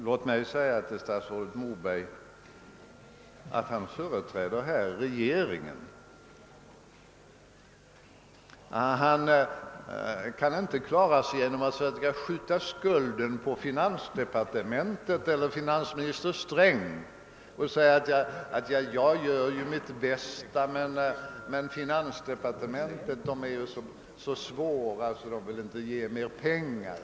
Låt mig säga till statsrådet Moberg, att han här företräder regeringen; han kan inte klara sig genom att försöka skjuta över skulden på finansdepartementet eller finansminister Sträng genom att säga: Jag gör mitt bästa, men på finansdepartementet är de så svåra och vill inte ge mer pengar.